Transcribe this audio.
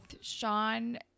Sean